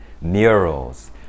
murals